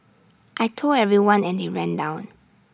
I Told everyone and they ran down